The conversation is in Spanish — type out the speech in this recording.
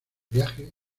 viaje